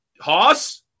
Hoss